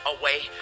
away